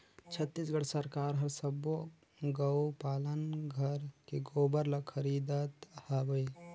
छत्तीसगढ़ सरकार हर सबो गउ पालन घर के गोबर ल खरीदत हवे